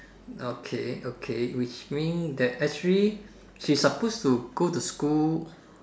okay okay which means that actually he supposed to go to school